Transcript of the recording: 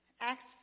acts